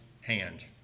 hand